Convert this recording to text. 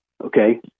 Okay